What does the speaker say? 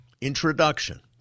Introduction